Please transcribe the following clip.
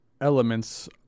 elements